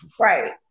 Right